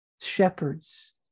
shepherds